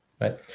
right